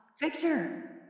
Victor